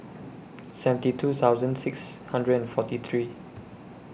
seventy two thousand six hundred and forty three